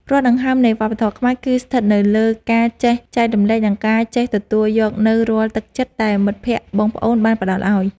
រាល់ដង្ហើមនៃវប្បធម៌ខ្មែរ គឺស្ថិតនៅលើការចេះចែករំលែក និងការចេះទទួលយកនូវរាល់ទឹកចិត្តដែលមិត្តភក្តិបងប្អូនបានផ្តល់ឱ្យ។